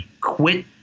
quit